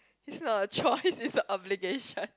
is not a choice is an obligation